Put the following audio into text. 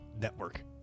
Network